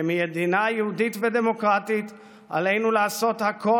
כמדינה יהודית ודמוקרטית עלינו לעשות הכול